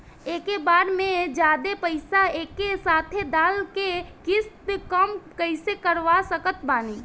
एके बार मे जादे पईसा एके साथे डाल के किश्त कम कैसे करवा सकत बानी?